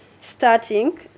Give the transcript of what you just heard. starting